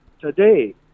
today